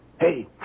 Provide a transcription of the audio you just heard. Hey